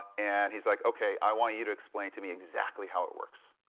and he's like, okay, i want you to explain to me exactly how it works,